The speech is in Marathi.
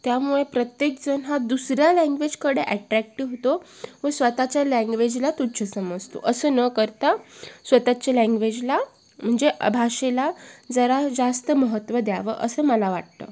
त्यामुळे प्रत्येक जण हा दुसऱ्या लँग्वेजकडे अॅट्रॅक्ट होतो व स्वतःच्या लँग्वेजला तुच्छ समजतो असं न करता स्वतःच्या लँग्वेजला म्हणजे भाषेला जरा जास्त महत्त्व द्यावं असं मला वाटतं